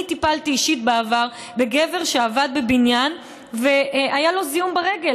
אני טיפלתי אישית בעבר בגבר שעבד בבניין והיה לו זיהום ברגל,